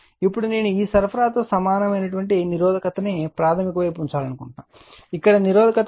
ఇప్పుడు నేను ఈ సరఫరాతో సమానమైన నిరోధకత ను ప్రాధమిక వైపు ఉంచాలనుకుంటే ఇక్కడ నిరోధకత ఉందని అనుకుందాం